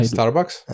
Starbucks